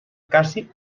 cassi